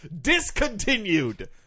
discontinued